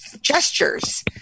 gestures